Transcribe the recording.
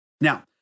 Now